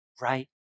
right